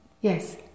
Yes